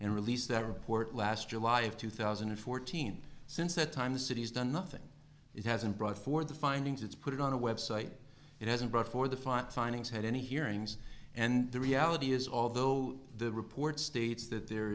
and release that report last july of two thousand and fourteen since that time the city has done nothing it hasn't brought for the findings it's put it on a website it hasn't brought for the fight findings had any hearings and the reality is although the report states that there